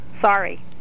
sorry